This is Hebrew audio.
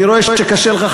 אני רואה שקשה לך,